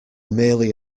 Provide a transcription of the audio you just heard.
merely